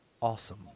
awesome